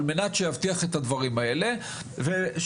על מנת שיבטיח את הדברים האלה ושוב,